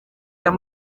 uyu